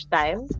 time